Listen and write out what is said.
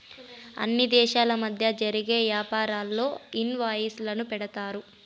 అన్ని దేశాల మధ్య జరిగే యాపారాల్లో ఇన్ వాయిస్ లను వాడతారు